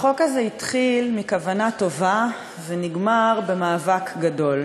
החוק הזה התחיל מכוונה טובה ונגמר במאבק גדול,